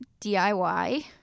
DIY